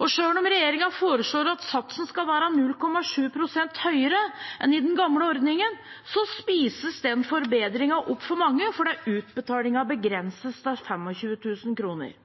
Og selv om regjeringen foreslår at satsen skal være 0,7 pst. høyere enn i den gamle ordningen, spises den forbedringen opp for mange fordi utbetalingen begrenses til 25 000 kr.